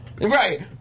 right